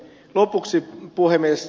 lopuksi puhemies